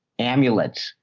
amulets,